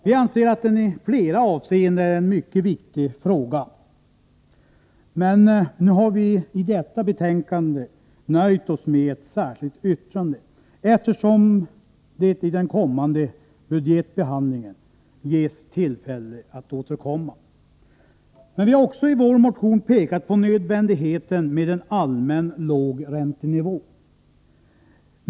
Vi anser att den i flera avseenden är en mycket viktig fråga. Nu har vi i detta betänkande nöjt oss med ett särskilt yttrande, eftersom det i den kommande budgetbehandlingen ges tillfälle att återkomma. Vi har också i vår motion pekat på nödvändigheten av en allmän låg räntenivå.